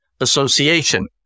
association